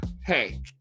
hey